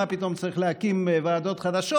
מה פתאום צריך להקים ועדות חדשות.